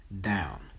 down